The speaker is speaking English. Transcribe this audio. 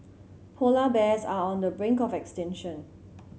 polar bears are on the brink of extinction